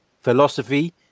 philosophy